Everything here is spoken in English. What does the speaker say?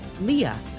Leah